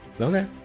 Okay